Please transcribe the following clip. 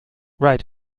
right